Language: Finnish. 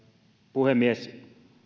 puhemies